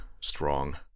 strong